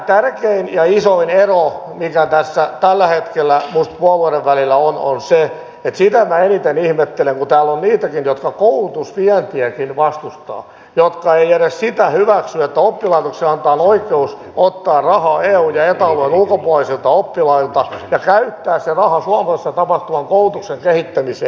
tärkein ja isoin ero mikä tässä tällä hetkellä minusta puolueiden välillä on on se mitä minä eniten ihmettelen että täällä on niitäkin jotka koulutusvientiäkin vastustavat jotka eivät edes sitä hyväksy että oppilaitoksille annetaan oikeus ottaa rahaa eu ja eta alueen ulkopuolisilta oppilailta ja käyttää se raha suomessa tapahtuvan koulutuksen kehittämiseen